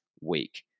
week